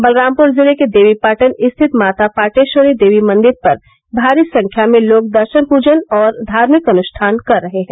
बलरामपुर जिले के देवीपाटन स्थित माता पाटेश्वरी देवी मंदिर पर भारी संख्या में लोग दर्शन पूजन और धार्मिक अनुष्ठान कर रहे हैं